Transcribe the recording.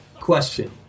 question